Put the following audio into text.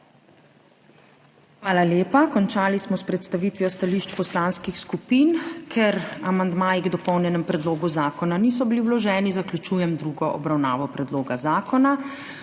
Hvala lepa. Končali smo s predstavitvijo stališč poslanskih skupin. Ker amandmaji k dopolnjenemu predlogu zakona niso bili vloženi, zaključujem drugo obravnavo predloga zakona.